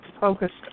focused